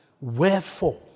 Wherefore